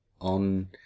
on